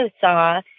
saw